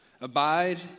Abide